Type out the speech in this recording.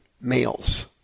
males